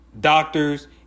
doctors